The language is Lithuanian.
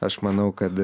aš manau kad